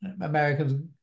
Americans